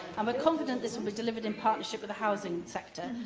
um confident this will be delivered in partnership with the housing sector.